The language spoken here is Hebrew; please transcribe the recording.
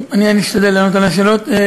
אני אשתדל לענות על השאלות.